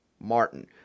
Martin